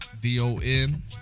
D-O-N